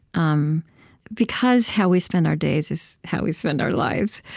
um because how we spend our days is how we spend our lives,